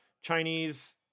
Chinese